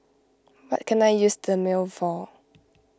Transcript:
what can I use Dermale for